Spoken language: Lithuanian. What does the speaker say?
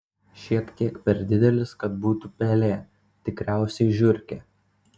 šiek tiek per didelis kad būtų pelė tikriausiai žiurkė